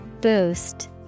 Boost